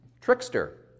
trickster